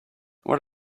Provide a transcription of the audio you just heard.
what